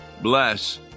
bless